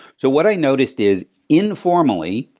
so what i noticed is informally,